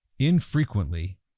Infrequently